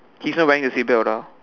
he's not wearing the seat belt ah